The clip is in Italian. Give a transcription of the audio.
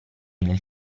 nel